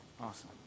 Awesome